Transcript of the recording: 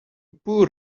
poor